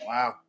Wow